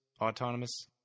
autonomous